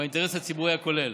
ובאינטרס הציבורי הכולל.